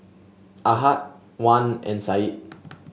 Ahad Wan and Said